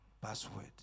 password